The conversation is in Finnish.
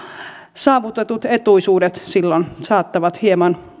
saavutetut etuisuudet silloin saattavat hieman